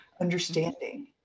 understanding